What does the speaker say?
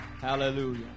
Hallelujah